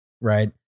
right